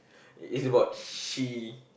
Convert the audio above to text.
it's about she